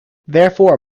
therefore